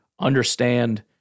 understand